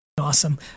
awesome